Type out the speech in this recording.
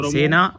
Sena